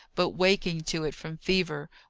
but waking to it from fever,